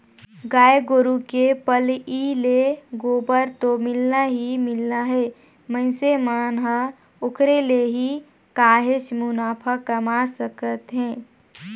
गाय गोरु के पलई ले गोबर तो मिलना ही मिलना हे मइनसे मन ह ओखरे ले ही काहेच मुनाफा कमा सकत हे